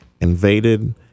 invaded